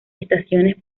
estaciones